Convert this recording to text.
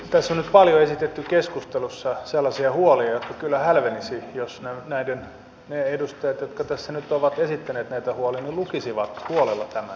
tässä on nyt paljon esitetty keskustelussa sellaisia huolia jotka kyllä hälvenisivät jos ne edustajat jotka tässä ovat esittäneet näitä huolia lukisivat huolella tämän kansalaisaloitteen